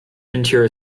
ventura